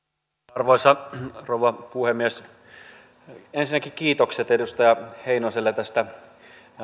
arvoisa rouva puhemies ensinnäkin kiitokset edustaja heinoselle tästä